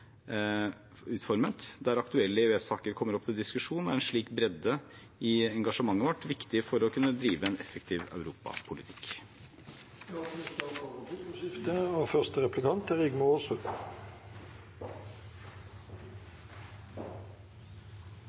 utformet, der aktuelle EØS-saker kommer opp til diskusjon. En slik bredde i engasjementet vårt er viktig for å kunne drive en effektiv europapolitikk.